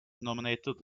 nominated